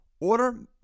Order